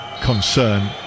concern